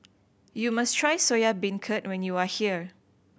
you must try Soya Beancurd when you are here